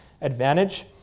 advantage